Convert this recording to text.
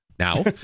Now